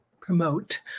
Promote